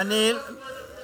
שיגיש לך חתימות.